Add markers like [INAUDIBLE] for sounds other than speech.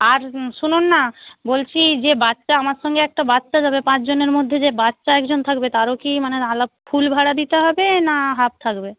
আর শুনুন না বলছি যে বাচ্চা আমার সঙ্গে একটা বাচ্চা যাবে পাঁচজনের মধ্যে যে বাচ্চা একজন থাকবে তারও কি মানে [UNINTELLIGIBLE] ফুল ভাড়া দিতে হবে না হাফ থাকবে